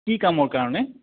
কি কামৰ কাৰণে